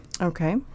Okay